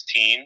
16